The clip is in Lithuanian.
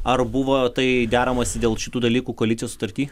ar buvo tai deramasi dėl šitų dalykų koalicijos sutarty